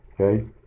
Okay